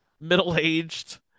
middle-aged